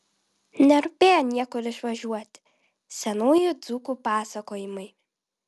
nerūpėjo niekur išvažiuoti senųjų dzūkų pasakojimai